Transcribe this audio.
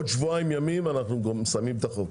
שעוד שבועיים ימים מסיימים את החוק.